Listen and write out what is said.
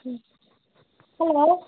hello